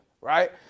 right